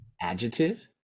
adjective